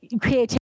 creativity